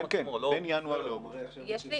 בין ינואר לאוגוסט.